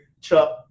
chuck